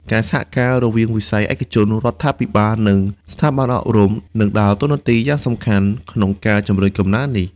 ការសហការរវាងវិស័យឯកជន រដ្ឋាភិបាល និងស្ថាប័នអប់រំ នឹងដើរតួនាទីយ៉ាងសំខាន់ក្នុងការជំរុញកំណើននេះ។